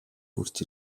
хүрч